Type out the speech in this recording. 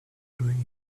doing